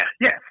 yes